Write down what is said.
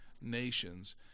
nations